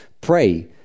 pray